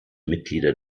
mitglieder